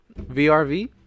VRV